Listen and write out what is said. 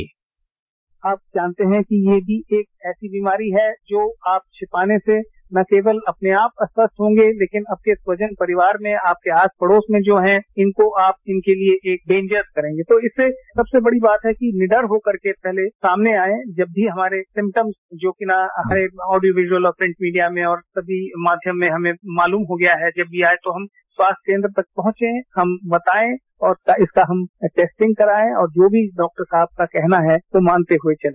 sound bite आप जानते है कि ये भी एक ऐसी बीमारी है जो आप छिपाने से न केवल अपने आप अस्वस्थ होंगे लेकिन आपके स्वजन परिवार में आपके आस पड़ोस में जो है इनको आप इनके लिए एक डेन्जर्स करेंगे तो इससे सबसे बड़ी बात है कि निडर होकर के सामने आए जब भी हमारे सिमटम्स जो कि ऑडियो विजुअल प्रिंट मीडिया में और समी माध्यम में हमें मालुम हो गया है कि जब ये आये तो हम स्वास्थ्य केन्द्र तक पहुंचे हम बताए और इसका हम टैस्टिंग कराए और जो भी डॉक्टर साहब का कहना है वो मानते हुए चले